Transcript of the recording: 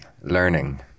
learning